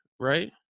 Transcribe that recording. right